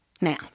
Now